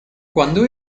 cuando